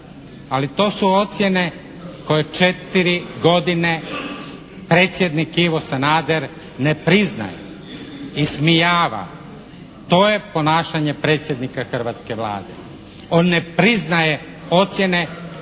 Ali to su ocjene koje 4 godine predsjednik Ivo Sanader ne priznaje. Ismijava. To je ponašanje predsjednika hrvatske Vlade. On ne priznaje ocjene